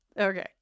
okay